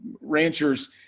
ranchers